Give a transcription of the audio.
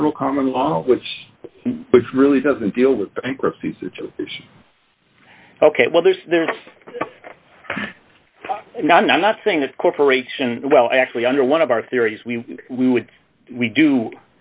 federal common law which which really doesn't deal with the bankruptcy ok well there's no i'm not saying a corporation well actually under one of our theories we we would we do